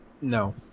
No